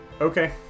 Okay